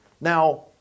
Now